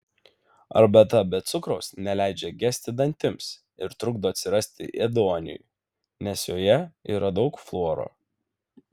arbata be cukraus neleidžia gesti dantims ir trukdo atsirasti ėduoniui nes joje yra daug fluoro